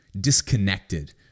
disconnected